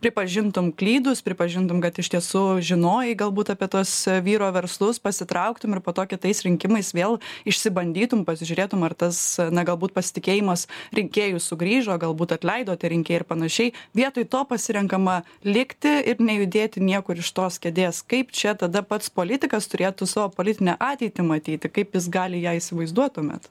pripažintum klydus pripažintum kad iš tiesų žinojai galbūt apie tuos vyro verslus pasitrauktum ir po to kitais rinkimais vėl išsibandytum pasižiūrėtum ar tas na galbūt pasitikėjimas rinkėjų sugrįžo galbūt atleido tie rinkėjai ir panašiai vietoj to pasirenkama likti ir nejudėti niekur iš tos kėdės kaip čia tada pats politikas turėtų savo politinę ateitį matyti kaip jis gali ją įsivaizduot tuomet